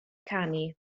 canu